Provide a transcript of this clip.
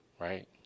Right